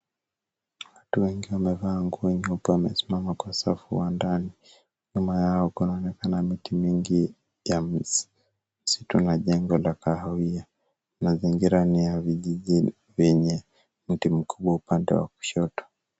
Watu wengi wamevaa nguo nyeupe wamesimama kwa safu wa ndani. Nyma yao kunaonekana miti mingi ya mistitu na jengo la kahawia. Mazingira ya vijiji vyenye mti mkubwa upande wa kushoto.